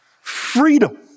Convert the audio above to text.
freedom